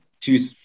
two